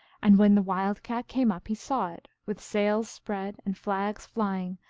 and when the wild cat came up he saw it, with sails spread and flags flying,